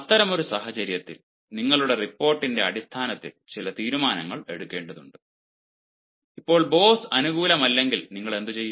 അത്തരമൊരു സാഹചര്യത്തിൽ നിങ്ങളുടെ റിപ്പോർട്ടിന്റെ അടിസ്ഥാനത്തിൽ ചില തീരുമാനങ്ങൾ എടുക്കേണ്ടതുണ്ട് ഇപ്പോൾ ബോസ് അനുകൂലമല്ലെങ്കിൽ നിങ്ങൾ എന്തുചെയ്യും